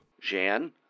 Jan